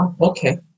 Okay